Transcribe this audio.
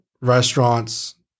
restaurants